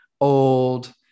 old